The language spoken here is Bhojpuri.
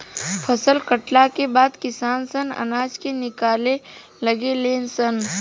फसल कटला के बाद किसान सन अनाज के निकाले लागे ले सन